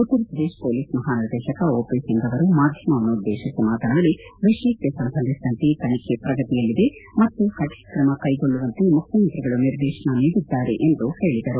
ಉತ್ತರ ಪ್ರದೇಶ ಪೊಲೀಸ್ ಮಹಾನಿರ್ದೇಶಕ O P Singh ಅವರು ಮಾಧ್ಯಮವನ್ನು ಉದ್ದೇಶಿಸಿ ಮಾತನಾಡಿ ವಿಷಯಕ್ಷೆ ಸಂಬಂಧಿಸಿದಂತೆ ತನಿಬೆ ಪ್ರಗತಿಯಲ್ಲಿದೆ ಮತ್ತು ಕಠಿಣ ಕ್ರಮ ಕೈಗೊಳ್ಳುವಂತೆ ಮುಖ್ಯಮಂತ್ರಿಗಳು ನಿರ್ದೇಶನ ನೀಡಿದ್ದಾರೆ ಎಂದು ಹೇಳಿದರು